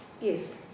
yes